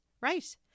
Right